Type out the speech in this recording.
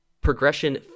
Progression